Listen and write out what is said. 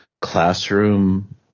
classroom